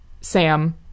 Sam